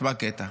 תשמע קטע.